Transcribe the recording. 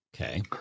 Okay